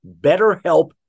BetterHelp